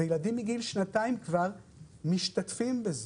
ילדים מגיל שנתיים כבר משתתפים בזה.